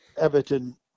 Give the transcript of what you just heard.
Everton